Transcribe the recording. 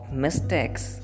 mistakes